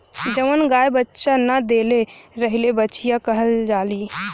जवन गाय बच्चा न देले रहेली बछिया कहल जाली